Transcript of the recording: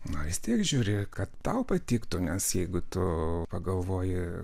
na vis tiek žiūri kad tau patiktų nes jeigu tu pagalvoji